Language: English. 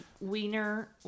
Wiener